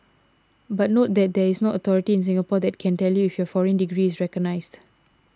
but note that there is no authority in Singapore that can tell you if your foreign degree is recognised